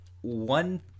One